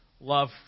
love